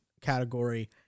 category